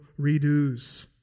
redos